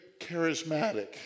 charismatic